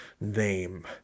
name